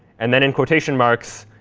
and then, in quotation marks,